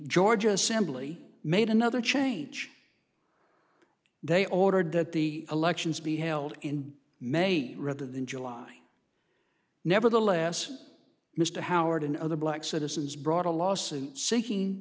georgia assembly made another change they ordered that the elections be held in maine rather than july nevertheless mr howard and other black citizens brought a lawsuit seeking